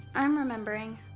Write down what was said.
i'm remembering.